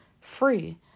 free